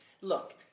Look